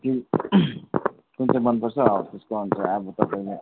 कुन चाहिँ मनपर्छ हौ त्यसको अनुसार अब तपाईँलाई